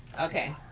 okay,